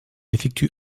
effectue